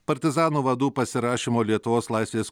partizanų vadų pasirašymo lietuvos laisvės